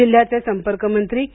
जिल्ह्याचे संपर्क मंत्री के